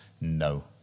no